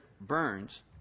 burns